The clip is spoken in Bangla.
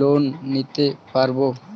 লোন নিতে পারব?